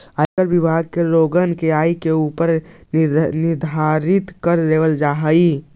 आयकर विभाग लोगन के आय के ऊपर निर्धारित कर लेवऽ हई